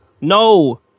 No